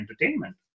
entertainment